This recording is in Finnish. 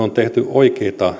oikeita